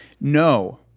No